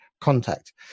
contact